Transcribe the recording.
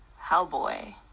Hellboy